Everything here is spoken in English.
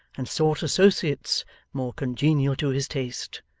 and sought associates more congenial to his taste.